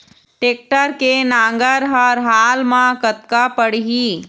Tractor के नांगर हर हाल मा कतका पड़िही?